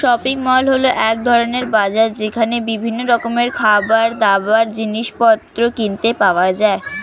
shopping mall হল এক ধরণের বাজার যেখানে বিভিন্ন রকমের খাবারদাবার, জিনিসপত্র কিনতে পাওয়া যায়